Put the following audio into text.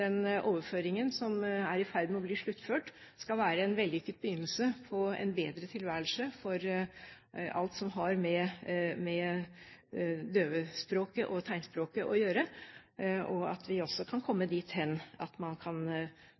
den overføringen som er i ferd med å bli sluttført, skal være en vellykket begynnelse på en bedre tilværelse for alt som har med døvespråket og tegnspråket å gjøre, og at vi også kan komme dit hen at man,